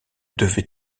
devait